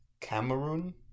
Cameroon